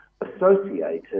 associated